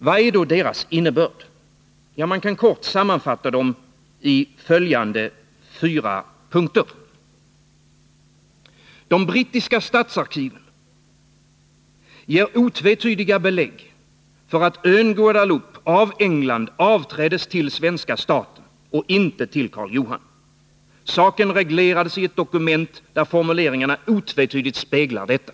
Vad är då deras innebörd? Man kan kort sammanfatta dem i följande fyra punkter. 1. De brittiska statsarkiven ger otvetydiga belägg för att ör Guadeloupe av England avträddes till svenska staten och inte till Karl Johan. Saken reglerades i ett dokument där formuleringarna otvetydigt speglar detta.